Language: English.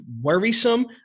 worrisome